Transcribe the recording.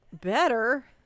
better